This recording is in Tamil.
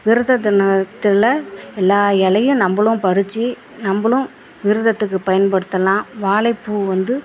விரத தினத்தில் எல்லா எலையும் நம்பளும் பறிச்சு நம்பளும் விரதத்துக்கு பயன்படுத்தலாம் வாழைப்பூ வந்து